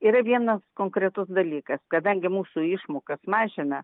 yra vienas konkretus dalykas kadangi mūsų išmokas mažina